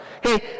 Hey